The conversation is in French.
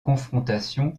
confrontation